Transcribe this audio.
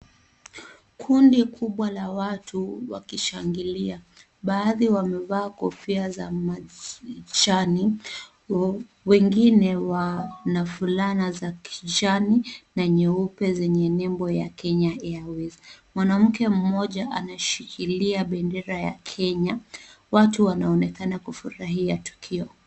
Kundi kubwa la watu wakishangilia. Baadhi wamevaa kofia za kijani, wengine wana fulana za kijani na nyeupe zenye nembo ya Kenya Airways. Mwanamke mmoja anashikilia bendera ya Kenya. Watu wanaonekana kufurahia tukio.